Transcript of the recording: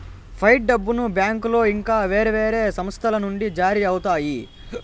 fight డబ్బును బ్యాంకులో ఇంకా వేరే సంస్థల నుండి జారీ అవుతాయి